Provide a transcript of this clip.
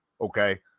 Okay